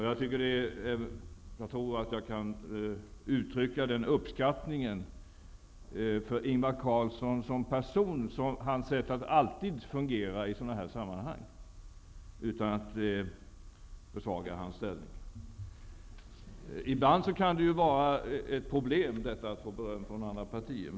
Jag tror att jag kan uttrycka den uppskattningen för Ingvar Carlsson som person och hans sätt att fungera i sådana här sammanhang utan att försvaga hans ställning. Ibland kan det ju vara ett problem att få beröm från andra partier.